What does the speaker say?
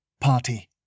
party